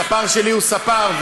הספר שלי הוא ספר,